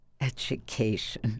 education